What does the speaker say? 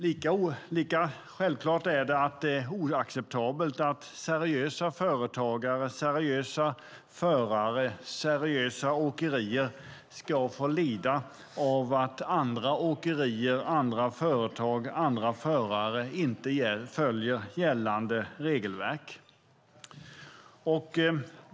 Lika självklart är det att det är oacceptabelt att seriösa företagare, seriösa förare och seriösa åkerier ska få lida för att andra åkerier, andra företag och andra förare inte följer gällande regelverk.